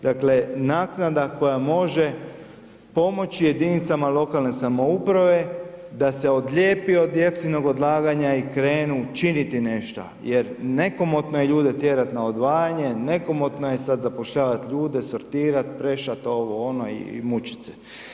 Dakle, naknada koja može pomoći jedinicama lokalne samouprave da se odlijepi od jeftinog odlaganja i krenu činiti nešto jer nekomotno je ljude tjerati na odvajanje, nekomotno je sad zapošljavat ljude, sortirat, prešat ovo ono i mučit se.